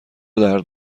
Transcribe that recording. درد